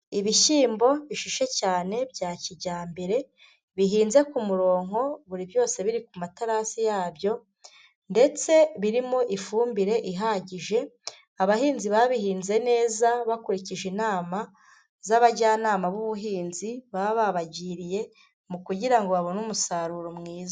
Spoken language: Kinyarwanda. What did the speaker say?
Ibishyimbo bishishe cyane bya kijyambere, bihinze ku murongonko, buri byose biri ku materasi yabyo, ndetse birimo ifumbire ihagije, abahinzi babihinze neza bakurikije inama z'abajyanama b'ubuhinzi baba babagiriye, mu kugira ngo babone umusaruro mwiza.